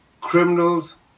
criminals